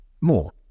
More